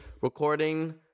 recording